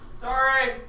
Sorry